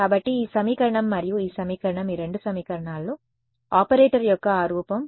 కాబట్టి ఈ సమీకరణం మరియు ఈ సమీకరణం ఈ రెండు సమీకరణాలు ఆపరేటర్ యొక్క ఆ రూపం